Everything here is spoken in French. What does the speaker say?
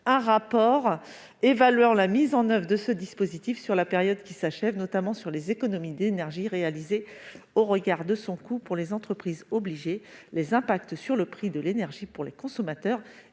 un rapport évaluant la mise en oeuvre de ce dispositif sur la période s'achevant, notamment les économies d'énergie réalisées au regard de son coût pour les entreprises obligées, les effets sur le prix de l'énergie pour les consommateurs